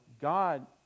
God